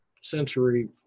sensory